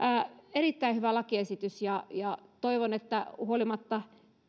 erittäin hyvä lakiesitys ja ja toivon että huolimatta